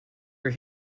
were